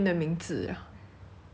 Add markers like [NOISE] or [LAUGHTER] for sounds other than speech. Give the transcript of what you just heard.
[NOISE]